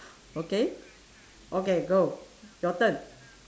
okay okay go your turn